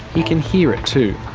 he can hear it too.